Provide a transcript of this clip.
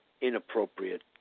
inappropriate